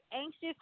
anxious